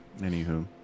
Anywho